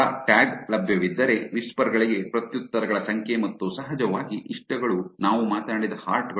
ಸ್ಥಳ ಟ್ಯಾಗ್ ಲಭ್ಯವಿದ್ದರೆ ವಿಸ್ಪರ್ ಗಳಿಗೆ ಪ್ರತ್ಯುತ್ತರಗಳ ಸಂಖ್ಯೆ ಮತ್ತು ಸಹಜವಾಗಿ ಇಷ್ಟಗಳು ನಾವು ಮಾತನಾಡಿದ ಹಾರ್ಟ್ ಗಳು